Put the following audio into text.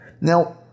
Now